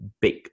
big